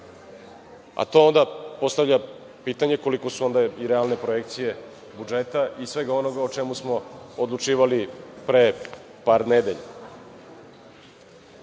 Onda se postavlja pitanje koliko su onda realne projekcije budžeta i svega onoga o čemu smo odlučivali pre par nedelja. Dug